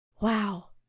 Wow